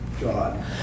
God